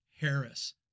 Harris